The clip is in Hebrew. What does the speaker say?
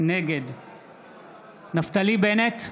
נגד נפתלי בנט,